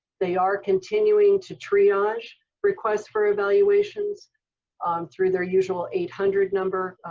they are continuing to triage requests for evaluations um through their usual eight hundred number.